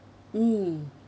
mm